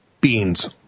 beans